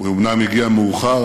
הוא אומנם הגיע מאוחר,